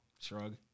Shrug